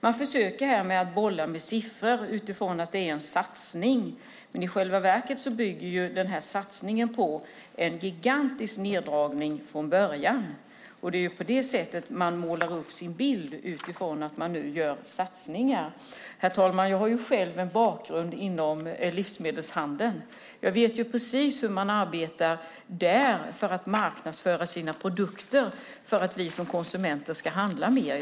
Man försöker här bolla med siffror och säger att det är en satsning, men i själva verket utgår satsningen från en gigantisk neddragning från början, och det är på det sättet man målar upp sin bild av att man nu gör satsningar. Herr talman! Jag har själv en bakgrund inom livsmedelshandeln och vet precis hur man arbetar med att marknadsföra sina produkter för att konsumenterna ska handla mer.